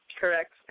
correct